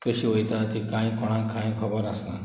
केशी वोयता ती कांय कोणां कांय खोबोर आसना